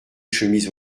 chemises